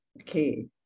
Okay